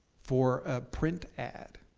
for a print ad,